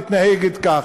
מתנהגת כך,